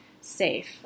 safe